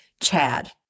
Chad